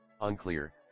unclear